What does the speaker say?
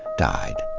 died.